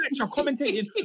commentating